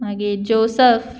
मागीर जोसफ